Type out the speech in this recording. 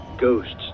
Ghosts